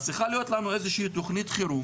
אז צריכה להיות לנו איזושהי תכנית חירום